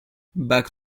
back